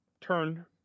turn